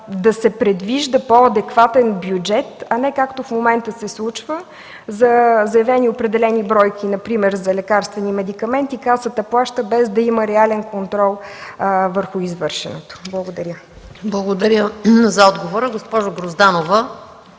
да се предвижда по-адекватен бюджет, а не както се случва в момента, за заявени определени бройки, например за лекарствени медикаменти Касата плаща без да има реален контрол върху извършеното. Благодаря. ПРЕДСЕДАТЕЛ МАЯ МАНОЛОВА: Благодаря за отговора. Госпожо Грозданова,